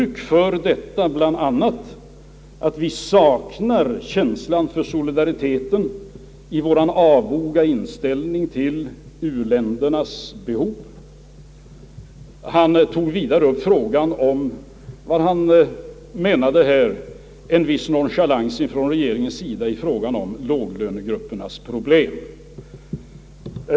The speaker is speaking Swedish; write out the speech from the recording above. Som ett exempel angav han att vi nu saknar känsla för solidaritet gentemot u-länderna och har en avog inställning till deras problem. Man menade vidare att regeringen visat en viss nonchalans mot låglönegrupperna.